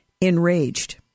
Enraged